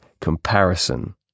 comparison